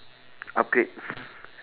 upgrade